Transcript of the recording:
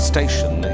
Station